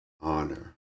honor